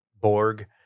Borg